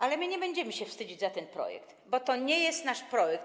Ale my nie będziemy się wstydzić za ten projekt, bo to nie jest nasz projekt.